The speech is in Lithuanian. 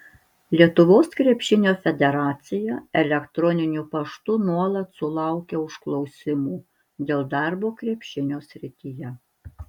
lietuvos krepšinio federacija elektroniniu paštu nuolat sulaukia užklausimų dėl darbo krepšinio srityje